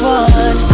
one